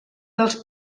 dels